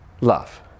love